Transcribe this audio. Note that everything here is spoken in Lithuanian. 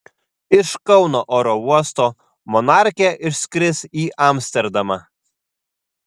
iš kauno oro uosto monarchė išskris į amsterdamą